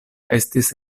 estis